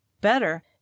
Better